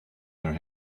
our